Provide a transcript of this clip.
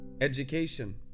education